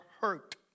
hurt